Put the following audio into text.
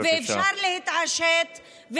בבקשה.